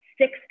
six